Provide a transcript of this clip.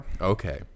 Okay